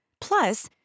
Plus